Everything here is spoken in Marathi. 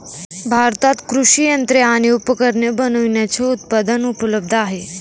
भारतात कृषि यंत्रे आणि उपकरणे बनविण्याचे उत्पादक उपलब्ध आहे